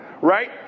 Right